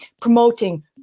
promoting